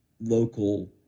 local